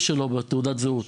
בתעודת הזהות